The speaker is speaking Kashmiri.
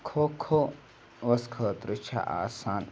کھو کھو وَس خٲطرٕ چھِ آسان